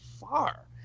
far